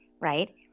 Right